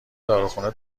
داروخونه